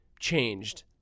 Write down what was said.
changed